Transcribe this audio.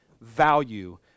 value